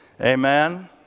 Amen